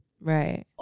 Right